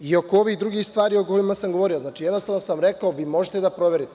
I oko ovih drugih stvari o kojima sam govorio, jednostavno sam rekao – vi možete da proverite.